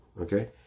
okay